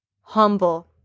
Humble